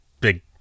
big